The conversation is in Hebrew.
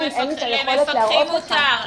למפקחים מותר.